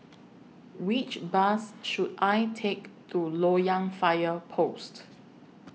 Which Bus should I Take to Loyang Fire Post